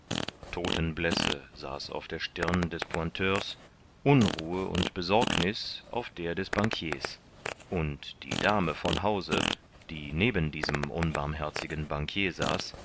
todtenblässe saß auf der stirn des pointeurs unruhe und besorgniß auf der des bankiers und die dame von hause die neben diesem unbarmherzigen bankier